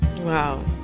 Wow